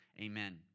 amen